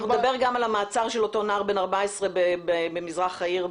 אנחנו נדבר גם על המעצר של אותו נער חרדי בן 14 במזרח העיר.